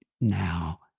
now